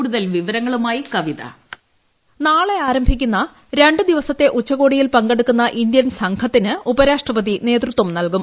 കൂടുതൽ വിവരങ്ങളുമായി കവിത വോയിസ് നാളെ ആരംഭിക്കുന്ന ര ുദിവസത്തെ ഉച്ചകോടിയിൽ പങ്കെടുക്കുന്ന ഇന്ത്യൻ സംഘത്തിന് ഉപരാഷ്ട്രപതി നേതൃത്വം നൽകും